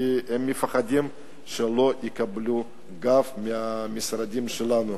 כי הם מפחדים שלא יקבלו גב מהמשרדים שלנו.